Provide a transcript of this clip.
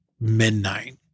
midnight